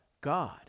God